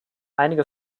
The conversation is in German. einige